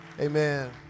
Amen